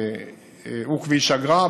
הוא כביש אגרה,